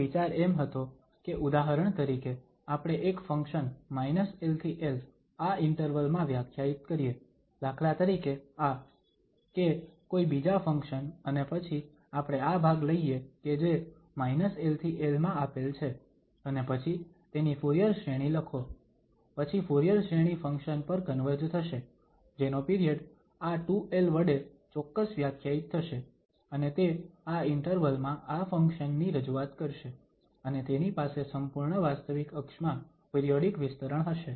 તો વિચાર એમ હતો કે ઉદાહરણ તરીકે આપણે એક ફંક્શન l થી l આ ઇન્ટરવલ મા વ્યાખ્યાયિત કરીએ દાખલા તરીકે આ ¿x∨¿ કે કોઈ બીજા ફંક્શન અને પછી આપણે આ ભાગ લઈએ કે જે l થી l માં આપેલ છે અને પછી તેની ફુરીયર શ્રેણી લખો પછી ફુરીયર શ્રેણી ફંક્શન પર કન્વર્જ થશે જેનો પિરિયડ આ 2l વડે ચોક્કસ વ્યાખ્યાયિત થશે અને તે આ ઇન્ટરવલ માં આ ફંક્શન ની રજૂઆત કરશે અને તેની પાસે સંપૂર્ણ વાસ્તવિક અક્ષમાં પિરિયોડીક વિસ્તરણ હશે